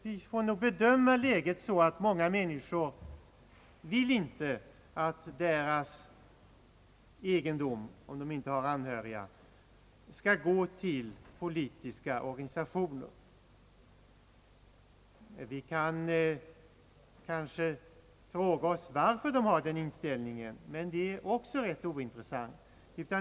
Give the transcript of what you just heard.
Vi får nog bedöma läget så att det är många människor som inte vill att deras egendom — om anhöriga saknas — skall tillfalla politiska organisationer. Vi kan kanske fråga oss varför de har en sådan inställning, men detta är också rätt ointressant.